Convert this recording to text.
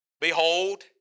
Behold